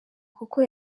kuko